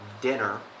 dinner